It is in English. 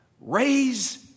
raise